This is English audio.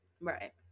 right